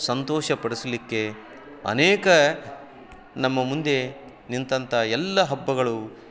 ಸಂತೋಷ ಪಡಿಸ್ಲಿಕ್ಕೆ ಅನೇಕ ನಮ್ಮ ಮುಂದೆ ನಿಂತಂಥ ಎಲ್ಲ ಹಬ್ಬಗಳು